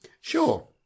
Sure